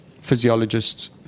physiologists